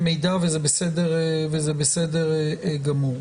במידה וזה בסדר וזה בסדר גמור.